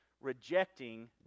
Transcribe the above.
rejecting